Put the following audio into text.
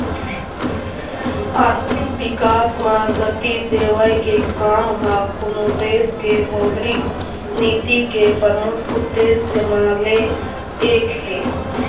आरथिक बिकास म गति देवई के काम ह कोनो देश के मौद्रिक नीति के परमुख उद्देश्य म ले एक हे